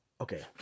okay